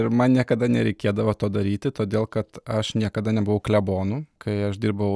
ir man niekada nereikėdavo to daryti todėl kad aš niekada nebuvau klebonu kai aš dirbau